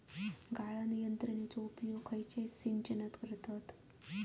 गाळण यंत्रनेचो उपयोग खयच्या सिंचनात करतत?